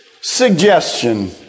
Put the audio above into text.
suggestion